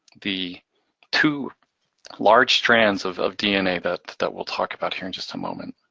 the two large strands of of dna that that we'll talk about here in just a moment.